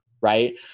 right